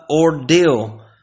ordeal